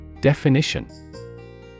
Definition